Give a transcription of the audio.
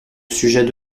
sujets